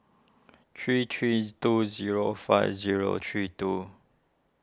three three two zero five zero three two